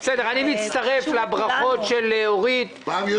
אני מצטרף לברכות של אורית פרקש-הכהן,